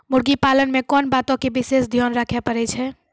मुर्गी पालन मे कोंन बातो के विशेष ध्यान रखे पड़ै छै?